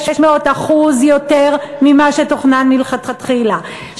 600% יותר ממה שתוכנן מלכתחילה.